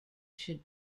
should